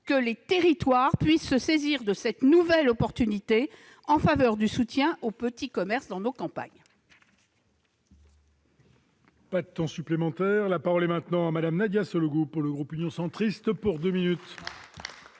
que les territoires puissent se saisir de cette nouvelle opportunité en faveur du soutien aux petits commerces dans nos campagnes.